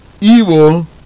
evil